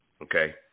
Okay